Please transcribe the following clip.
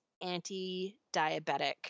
anti-diabetic